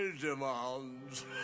demands